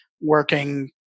working